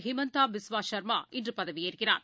Himanta Biswa Sarma இன்றுபதவியேற்கிறார்